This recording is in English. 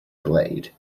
delayed